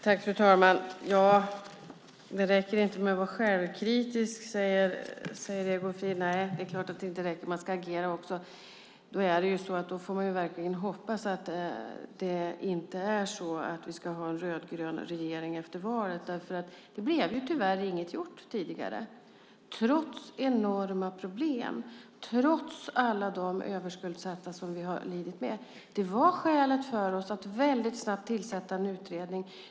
Fru talman! Det räcker inte med att vara självkritisk, säger Egon Frid. Det är klart att det inte räcker. Man ska agera också. Då får man hoppas att vi inte ska ha en rödgrön regering efter valet. Det blev tyvärr inget gjort tidigare, trots enorma problem och alla de överskuldsatta som vi har lidit med. Det var skälet för oss att snabbt tillsätta en utredning.